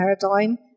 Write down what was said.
paradigm